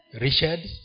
Richard